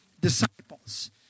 disciples